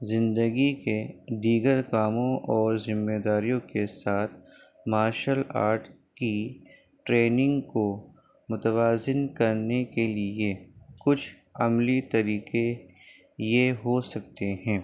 زندگی کے دیگر کاموں اور ذمہ داریوں کے ساتھ مارشل آرٹ کی ٹرینگ کو متوازن کرنے کے لیے کچھ عملی طریقے یہ ہو سکتے ہیں